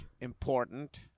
important